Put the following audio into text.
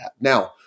Now